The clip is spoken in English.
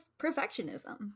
perfectionism